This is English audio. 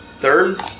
Third